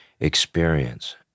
experience